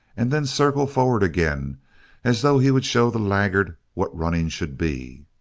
and then circle forward again as though he would show the laggard what running should be.